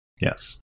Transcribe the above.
Yes